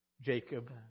Jacob